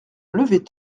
lever